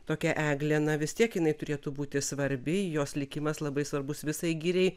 tokią eglę na vis tiek jinai turėtų būti svarbi jos likimas labai svarbus visai giriai